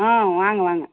ஆ வாங்க வாங்க